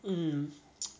mm